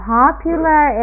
popular